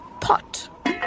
pot